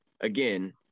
again